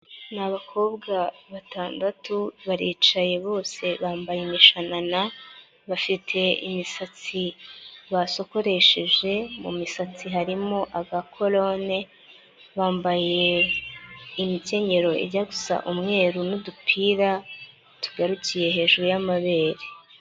Ni abakobwa batandatu baricaye bose bambaye imishanana bafite imisatsi basokoresheje mu misatsi harimo agakorone bambaye imikenyero ijya gusa umweru n'udupira tugarukiye hejuru y'amabere.